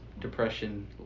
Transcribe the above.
depression